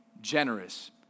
generous